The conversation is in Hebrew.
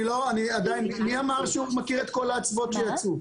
מי אמר שהוא מכיר את כל האצוות שיצאו?